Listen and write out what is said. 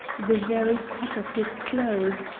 the very cut of his clothes,